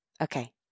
Okay